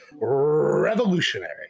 revolutionary